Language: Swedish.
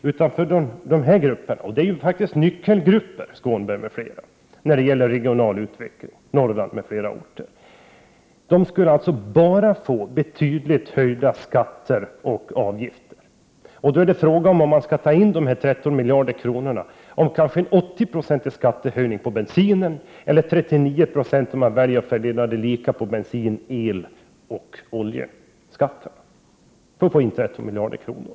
Men här rör det sig om nyckelgrupper, herr Skånberg m.fl., när det gäller regional utveckling i Norrland och på andra håll. Egenföretagarna skulle alltså bara få betydligt höjda skatter och avgifter. Så blir det när man skall ta in de 13 miljarderna. Kanske blir det en 80-procentig skattehöjning när det gäller bensin eller 39 26, om man väljer att dela lika mellan bensin, el och olja. Då får man in 13 miljarder kronor.